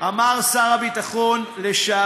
נא לסיים.